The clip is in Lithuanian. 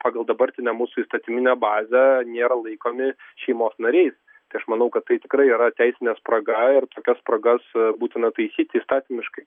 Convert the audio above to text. pagal dabartinę mūsų įstatyminę bazę nėra laikomi šeimos nariai tai aš manau kad tai tikrai yra teisinė spraga ir tokias spragas būtina taisyti įstatymiškai